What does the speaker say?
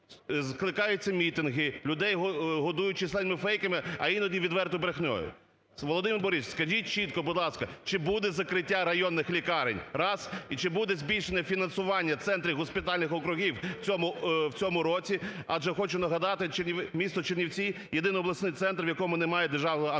Скликаються мітинги, людей годують чисельними фейками, а іноді відверто брехнею. Володимире Борисовичу, скажіть чітко, будь ласка, чи буде закриття районних лікарень? Раз. І чи буде збільшене фінансування центрів госпітальних округів у цьому році? Адже хочу нагадати, місто Чернівці – єдиний обласний центр, в якому немає… ангіографа.